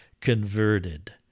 converted